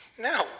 No